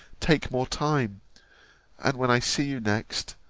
take more time and when i see you next,